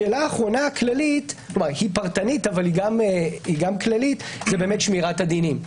שאלה אחרונה, כללית אך גם פרטנית שמירת דינים.